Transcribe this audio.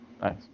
nice